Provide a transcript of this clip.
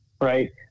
Right